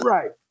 Right